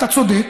אתה צודק.